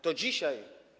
To dzisiaj.